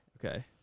Okay